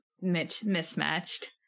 mismatched